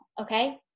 okay